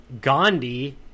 gandhi